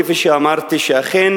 כפי שאמרתי, שאכן